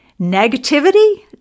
negativity